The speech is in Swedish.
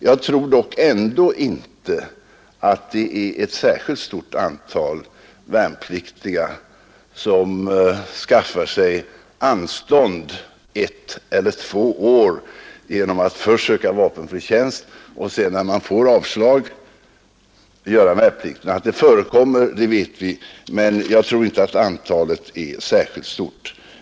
Jag tror dock ändå inte att det är ett särskilt stort antal värnpliktiga som skaffar sig anstånd ett eller tvä år genom att först söka vapenfri tjänst och sedan, då de fatt avslag, gör sin värnplikt. Att sädana fall förekommer vet vi. men jag tror inte att antalet är särskilt stort.